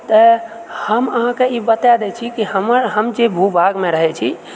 तऽ हम अहाँकेँ ई बताए दैत छी कि हमर हम जाहि भू भागमे रहैत छी